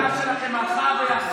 המפלגה שלכם הלכה וירדה,